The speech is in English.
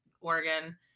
Oregon